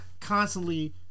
constantly